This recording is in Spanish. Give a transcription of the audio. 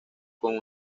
con